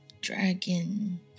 dragon